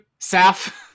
Saf